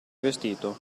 vestito